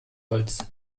holz